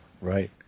right